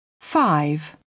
Five